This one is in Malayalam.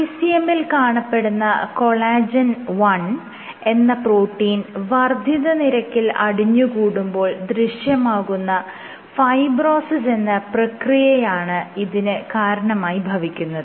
ECM ൽ കാണപ്പെടുന്ന കൊളാജെൻ 1 എന്ന പ്രോട്ടീൻ വർദ്ധിത നിരക്കിൽ അടിഞ്ഞുകൂടുമ്പോൾ ദൃശ്യമാകുന്ന ഫൈബ്രോസിസ് എന്ന പ്രക്രിയയാണ് ഇതിന് കാരണമായി ഭവിക്കുന്നത്